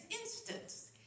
instance